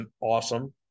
awesome